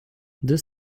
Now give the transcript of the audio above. this